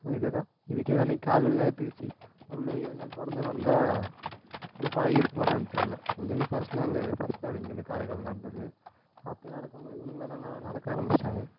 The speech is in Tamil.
அதுக்கே தான் இதுக்கே அன்றைக்கு கால் வலிலாம் எடுத்துக்கிச்சு உள்ள ஏழு நாள் தொடர்ந்து நடந்தால் கொஞ்சம் பழகி இருக்குமா என்னென்னு தெர்யல இங்கேருந்து ஃபஸ்ட் நாள் ஃபஸ்ட் நாள் இங்கேருந்து காரைக்கால் நடந்தது அப்போயும் நடக்க முடில இவனுங்க எல்லாம் நல்லா நடக்க ஆரமிச்சிட்டாங்க